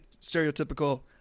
stereotypical